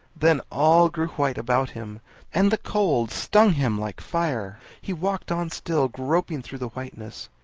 then all grew white about him and the cold stung him like fire. he walked on still, groping through the whiteness.